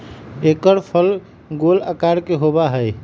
एकर फल गोल आकार के होबा हई